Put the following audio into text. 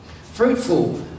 Fruitful